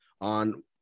on